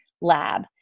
lab